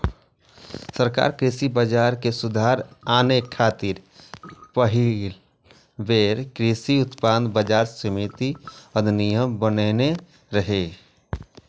सरकार कृषि बाजार मे सुधार आने खातिर पहिल बेर कृषि उत्पाद बाजार समिति अधिनियम बनेने रहै